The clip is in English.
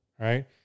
right